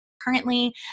Currently